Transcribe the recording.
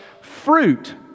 fruit